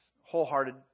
Wholehearted